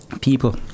People